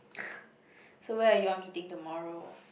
so where are you all meeting tomorrow